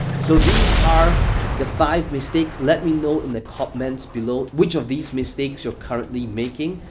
so, these are the five mistakes. let me know in the comments below which of these mistakes you're currently making,